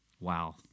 Wow